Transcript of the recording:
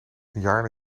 jaar